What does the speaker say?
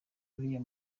uriya